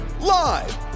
live